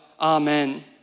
Amen